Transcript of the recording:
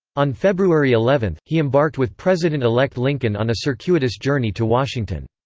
on february eleven, he embarked with president-elect lincoln on a circuitous journey to washington.